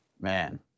Man